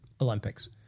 Olympics